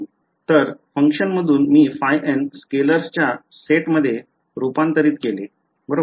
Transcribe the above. तर फंक्शन मधून मी ϕn स्केलर्सच्या सेट मध्ये रुपांतरित केले बरोबर